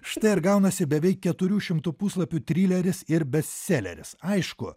štai ir gaunasi beveik keturių šimtų puslapių trileris ir bestseleris aišku